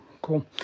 Cool